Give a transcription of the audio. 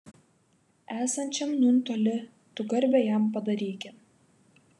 esančiam nūn toli tu garbę jam padaryki